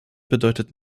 bedeutet